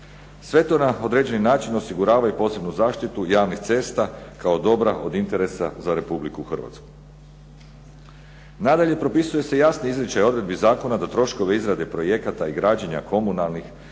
Sve to na određeni način osigurava i posebnu zaštitu javnih cesta kao dobra od interesa za RH. Nadalje, propisuje se jasni izričaj odredbi zakona da troškovi izrade projekata i građenja komunalnih,